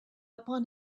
upon